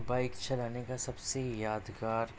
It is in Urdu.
بائک چلانے کا سب سے یادگار